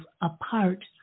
apart